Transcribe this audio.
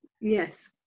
yes